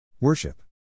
Worship